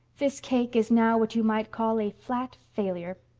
this cake is now what you might call a flat failure.